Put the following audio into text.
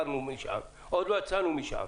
עוד לא יצאנו משם.